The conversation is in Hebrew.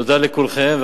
תודה לכולכם.